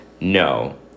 no